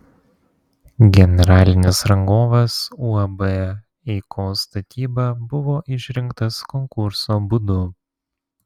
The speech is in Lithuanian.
generalinis rangovas uab eikos statyba buvo išrinktas konkurso būdu